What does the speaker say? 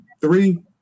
three